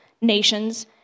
nations